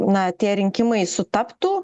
na tie rinkimai sutaptų